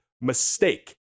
mistake